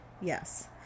Yes